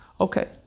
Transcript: Okay